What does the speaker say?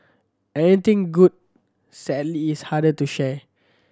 anything good sadly is harder to share